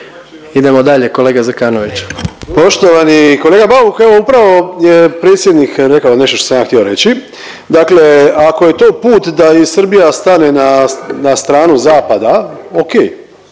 Hrvoje (HDS)** Poštovani kolega Bauk, evo upravo je predsjednik rekao nešto što sam ja htio reći, dakle ako je to put da i Srbija stane na stranu zapada ok,